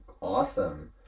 awesome